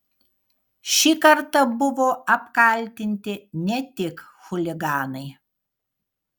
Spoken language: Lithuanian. šį kartą buvo apkaltinti ne tik chuliganai